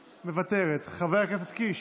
מוותרת, חבר הכנסת קיש,